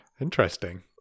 Interesting